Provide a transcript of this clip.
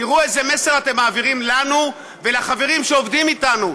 תראו איזה מסר אתם מעבירים לנו ולחברים שעובדים איתנו,